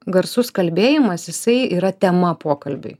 garsus kalbėjimas jisai yra tema pokalbiui